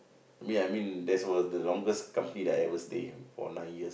I mean I mean that's was the longest company that I ever stay for nine years